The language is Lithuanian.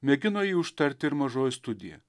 mėgino jį užtarti ir mažoji studija